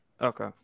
Okay